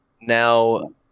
Now